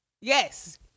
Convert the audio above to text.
yes